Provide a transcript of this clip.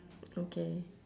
okay